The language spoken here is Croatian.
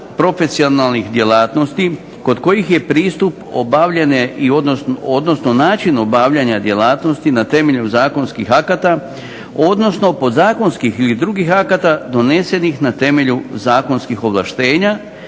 profesionalnih djelatnosti kod kojih je pristup i obavljanje, odnosno način obavljanja djelatnosti na temelju zakonskih akata odnosno podzakonskih ili drugih akata donesenih na temelju zakonskih ovlaštenja